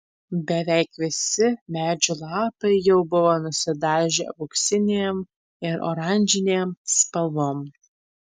beveik visi medžių lapai jau buvo nusidažę auksinėm ir oranžinėm spalvom